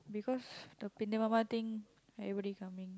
because the thing everybody coming